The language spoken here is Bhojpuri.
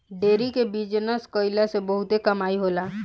डेरी के बिजनस कईला से बहुते कमाई होला